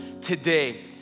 today